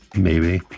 maybe.